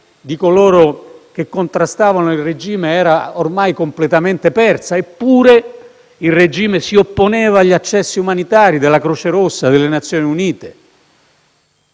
di coloro che contrastavano il regime era ormai completamente persa? Eppure il regime si opponeva agli accessi umanitari della Croce Rossa e delle Nazioni Unite.